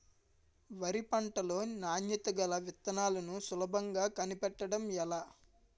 వరి పంట లో నాణ్యత గల విత్తనాలను సులభంగా కనిపెట్టడం ఎలా?